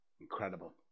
incredible